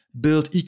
build